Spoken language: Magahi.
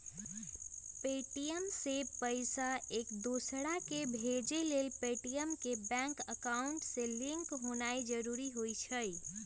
पे.टी.एम से पईसा एकदोसराकेँ भेजे लेल पेटीएम के बैंक अकांउट से लिंक होनाइ जरूरी होइ छइ